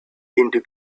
into